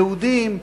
יהודים.